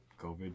COVID